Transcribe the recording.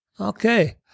Okay